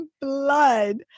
blood